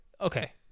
Okay